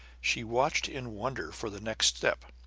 she watched in wonder for the next step.